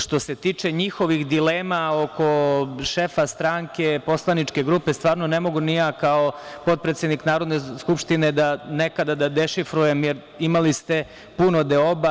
Što se tiče njihovih dilema oko šefa stranke, poslaničke grupe, stvarno ne mogu ni ja kao potpredsednik Narodne skupštine nekada da dešifrujem, jer imali ste puno deoba.